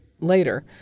later